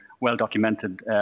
well-documented